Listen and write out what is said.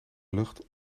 lucht